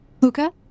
Luca